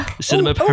cinema